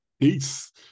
Peace